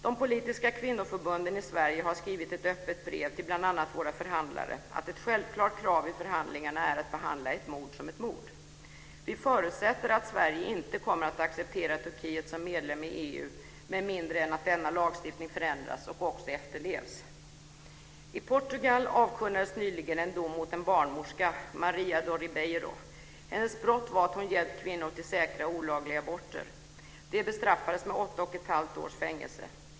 De politiska kvinnoförbunden i Sverige har skrivit ett öppet brev till bl.a. våra våra förhandlare att ett självklart krav i förhandlingarna är att behandla ett mord som ett mord. Vi förutsätter att Sverige inte kommer att acceptera Turkiet som medlem i EU med mindre än att denna lagstiftning förändras och även efterlevs. I Portugal avkunnades nyligen en dom mot en barnmorska, Maria do Ceu Ribeiro. Hennes brott var att hon hjälpt kvinnor till säkra olagliga aborter. Det bestraffades med åtta och ett halvt års fängelse.